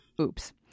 Oops